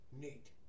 Neat